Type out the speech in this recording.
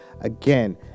again